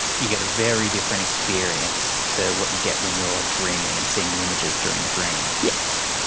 you get a very different experience to what you get when you are dreaming and seeing the images during a dream. yes,